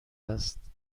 است